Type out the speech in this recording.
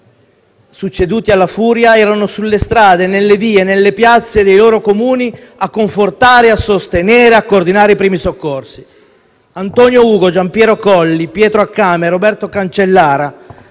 succeduti alla furia erano sulle strade, nelle vie e nelle piazze dei loro Comuni a confortare, a sostenere e a coordinare i primi soccorsi. Antonio Ugo, Giampiero Colli, Pietro Accame, Roberto Cancellara: